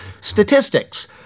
statistics